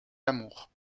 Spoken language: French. amours